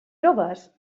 joves